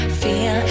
feel